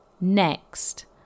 next